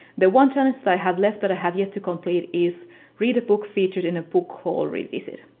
the one challenge that i have left, that i have yet to complete, is read a book featured in a book haul revisit.